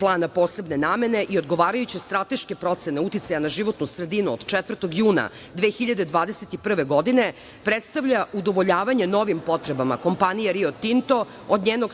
plana posebne namene i odgovarajuće strateške procena uticaja na životnu sredinu od 4. juna. 2021. godine predstavlja udovoljavanje novim potrebama kompanije Rio Tinto od njenog